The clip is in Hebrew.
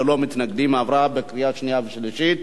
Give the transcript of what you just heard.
עברה ללא מתנגדים בקריאה שנייה ובקריאה שלישית.